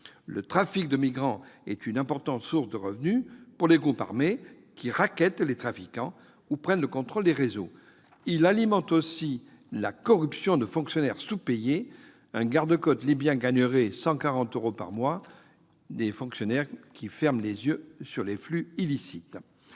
Le trafic de migrants est une importante source de revenus pour les groupes armés qui rackettent les trafiquants ou prennent le contrôle des réseaux. Il alimente aussi la corruption de fonctionnaires sous-payés- un garde-côte libyen gagnerait 140 euros par mois -, qui ferment les yeux sur les flux illicites.